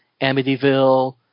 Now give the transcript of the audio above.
Amityville